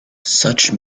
such